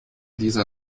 dieser